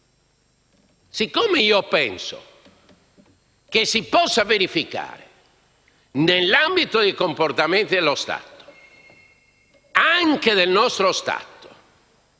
Siccome penso che si possa verificare nell'ambito dei comportamenti dello Stato, anche del nostro Stato,